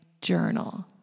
journal